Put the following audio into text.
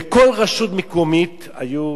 בכל רשות מקומית היו